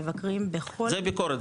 מבקרים בכל --- זה ביקורת,